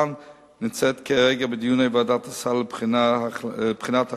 נמצאת כרגע בדיוני ועדת הסל לבחינת הכללתה,